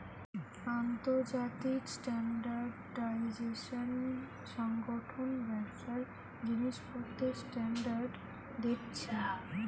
আন্তর্জাতিক স্ট্যান্ডার্ডাইজেশন সংগঠন ব্যবসার জিনিসপত্রের স্ট্যান্ডার্ড দেখছে